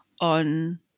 on